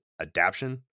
adaption